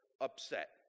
upset